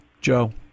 Joe